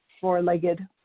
four-legged